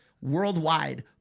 worldwide